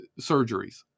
surgeries